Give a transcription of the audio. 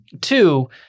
two